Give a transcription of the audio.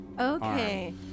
Okay